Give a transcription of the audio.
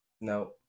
No